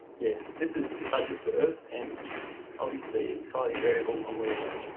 yeah this is the budget for earth and obviously it's highly variable on where you are